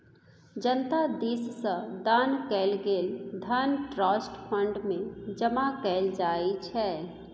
जनता दिस सँ दान कएल गेल धन ट्रस्ट फंड मे जमा कएल जाइ छै